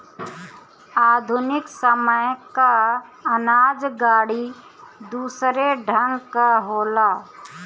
आधुनिक समय कअ अनाज गाड़ी दूसरे ढंग कअ होला